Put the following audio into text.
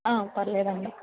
పర్లేదు అండి